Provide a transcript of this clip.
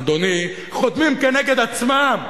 אדוני, חותמים נגד עצמם,